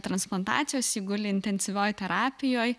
transplantacijos ji guli intensyvioj terapijoj